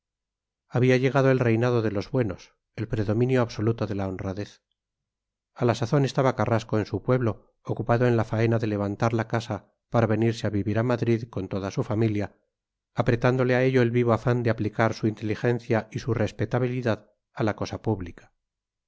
había llegado el reinado de los buenos el predominio absoluto de la honradez a la sazón estaba carrasco en su pueblo ocupado en la faena de levantar la casa para venirse a vivir a madrid con toda la familia apretándole a ello el vivo afán de aplicar su inteligencia y su respetabilidad a la cosa pública